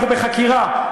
אנחנו בחקירה,